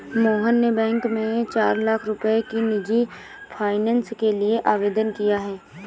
मोहन ने बैंक में चार लाख रुपए की निजी फ़ाइनेंस के लिए आवेदन किया है